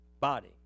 body